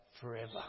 forever